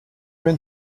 been